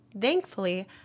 Thankfully